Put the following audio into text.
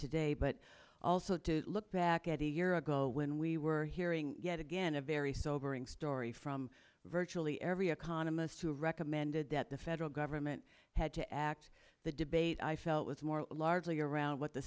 today but also to look back at a year ago when we were hearing yet again a very sobering story from virtually every economist who recommended that the federal government had to act the debate i felt was more largely around what the